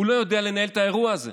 הוא לא יודע לנהל את האירוע הזה.